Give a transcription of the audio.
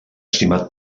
estimat